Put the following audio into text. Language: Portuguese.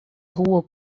rua